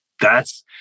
That's-